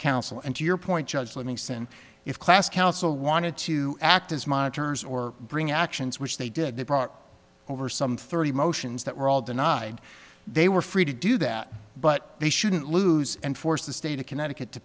counsel and to your point judge livingston if class council wanted to act as monitors or bring actions which they did they brought over some thirty motions that were all denied they were free to do that but they shouldn't lose and force the state of connecticut to